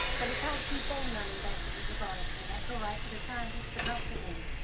well, he can't keep on running back to his laboratory. that's all right for the scientist, but not for him.